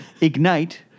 Ignite